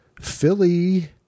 Philly